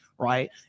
Right